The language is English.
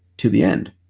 to the end?